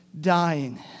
dying